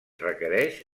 requereix